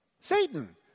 Satan